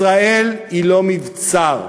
ישראל היא לא מבצר,